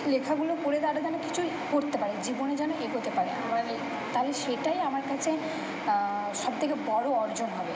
লেখাগুলো পড়ে তারা যেন কিছুই করতে পারে জীবনে যেন এগোতে পারে এভাবেই তালে সেটাই আমার কাছে সব থেকে বড়ো অর্জন হবে